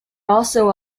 also